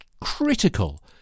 critical